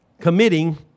committing